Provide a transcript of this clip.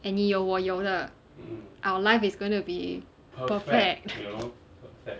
and 你有我有的 our life is going to be perfect